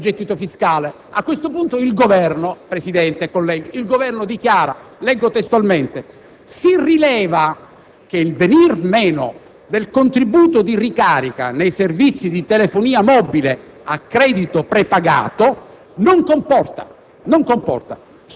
la minor rinvenienza del gettito fiscale. A questo punto, il Governo, Presidente e colleghi, dichiara (leggo testualmente): «si rileva che il venir meno del contributo di ricarica nei servizi di telefonia mobile a credito prepagato non comporta